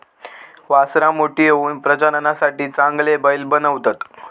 वासरां मोठी होऊन प्रजननासाठी चांगले बैल बनतत